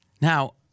Now